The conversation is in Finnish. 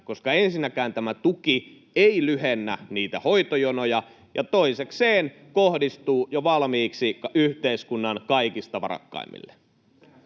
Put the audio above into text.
koska ensinnäkään tämä tuki ei lyhennä niitä hoitojonoja ja toisekseen se kohdistuu jo valmiiksi yhteiskunnan kaikista varakkaimmille.